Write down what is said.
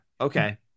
okay